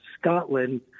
scotland